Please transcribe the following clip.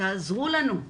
תעזרו לנו.